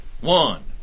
one